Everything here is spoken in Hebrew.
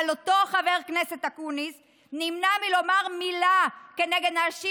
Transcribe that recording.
אבל אותו חבר הכנסת אקוניס נמנע מלומר מילה כנגד אנשים